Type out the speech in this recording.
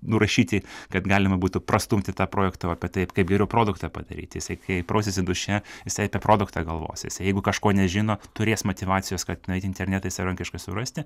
nurašyti kad galima būtų prastumti tą projektą o apie taip kaip geriau produktą padaryt jisai kai prausiasi duše jisai apie produktą galvos jisai jeigu kažko nežino turės motyvacijos kad nueit į internetą ir savarankiškai surasti